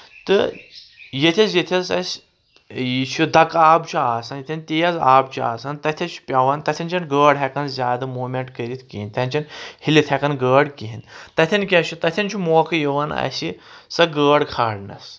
تہٕ ییٚتھس ییٚتھس اَسہِ یہِ چھُ دکہٕ آب چھُ آسان یتھؠن تیز آب چھُ آسان تتٮ۪س چھُ پؠوان تتھؠن چھنہٕ گٲڑ ہؠکن زیادٕ موٗمینٛٹ کٔرِتھ کِہیٖنۍ تن چھنہٕ ہیلِتھ ہؠکان گٲڑ کِہیٖنۍ تتھؠن کیاہ چھُ تتھؠن چھُ موقعہٕ یِوان اَسہِ سۄ گٲڑ کھاڑنَس